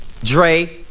Dre